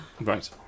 Right